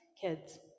kids